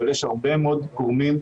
אבל יש הרבה מאוד גורמים,